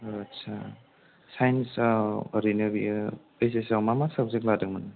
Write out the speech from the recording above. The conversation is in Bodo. आस्सा साइनसआव ओरैनो बियो ओइत्स एस आव मा मा साबजेक्ट लादोंमोन